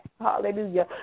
hallelujah